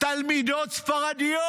תלמידות ספרדיות.